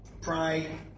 pray